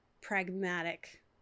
pragmatic